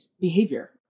behavior